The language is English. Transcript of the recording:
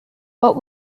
what